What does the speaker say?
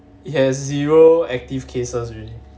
it has zero active cases already